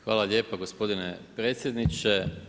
Hvala lijepa gospodine predsjedniče.